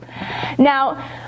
Now